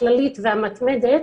הכללית והמתמדת